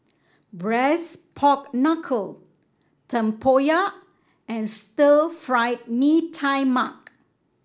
Braised Pork Knuckle tempoyak and Stir Fried Mee Tai Mak